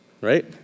Right